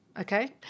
okay